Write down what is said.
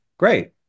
great